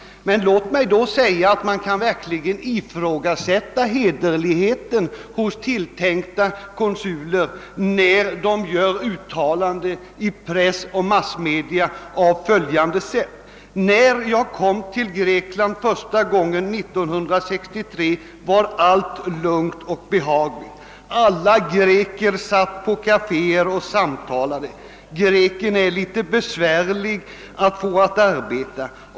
Men man kan verkligen ifrågasätta hederligheten hos tilltänkta konsuler som gör uttalanden i press och massmedier över huvud taget med följande innehåll: »— När jag kom till Grekland första gången 1963 var allt lugnt och behagligt. Alla greker satt på kaféer och samtalade. Greken är lite besvärlig att få att arbeta.